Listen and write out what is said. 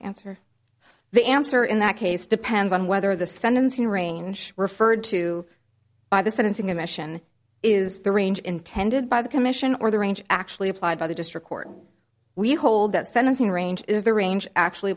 answer the answer in that case depends on whether the sentencing range referred to by the sentencing commission is the range intended by the commission or the range actually applied by the district court we hold that sentencing range is the range actually